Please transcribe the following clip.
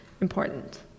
important